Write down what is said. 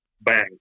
bang